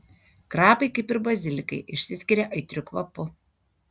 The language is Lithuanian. krapai kaip ir bazilikai išsiskiria aitriu kvapu